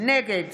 נגד